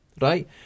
Right